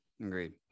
agreed